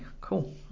cool